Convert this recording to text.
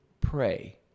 Pray